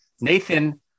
Nathan